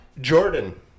Jordan